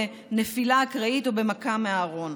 בנפילה אקראית או במכה מארון.